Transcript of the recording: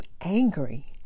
angry